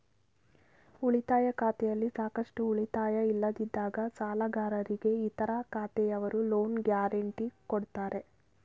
ಉಳಿತಾಯ ಖಾತೆಯಲ್ಲಿ ಸಾಕಷ್ಟು ಉಳಿತಾಯ ಇಲ್ಲದಿದ್ದಾಗ ಸಾಲಗಾರರಿಗೆ ಇತರ ಖಾತೆಯವರು ಲೋನ್ ಗ್ಯಾರೆಂಟಿ ಕೊಡ್ತಾರೆ